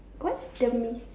what's demise